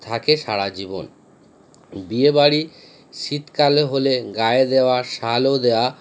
থাকে সারা জীবন বিয়েবাড়ি শীতকালে হলে গায়ের দেওয়া শালও দেওয়া